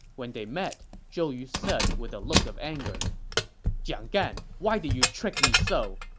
when they met, zhou yu said with a look of anger jiang gan, why did you trick me so?